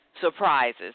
surprises